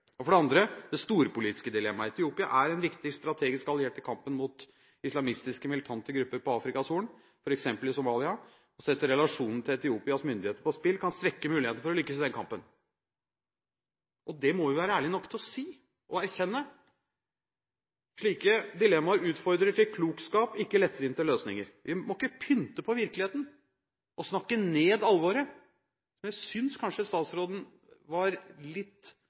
det det storpolitiske dilemmaet. Etiopia er en viktig strategisk alliert i kampen mot islamistiske militante grupper på Afrikas Horn, f.eks. i Somalia, og det å sette relasjonen til Etiopias myndigheter på spill kan svekke muligheten for å lykkes i den kampen. Det må vi være ærlige nok til å si og til å erkjenne. Slike dilemmaer utfordrer til klokskap, ikke til lettvinte løsninger. Vi må ikke pynte på virkeligheten og snakke ned alvoret, som jeg kanskje syntes statsråden var litt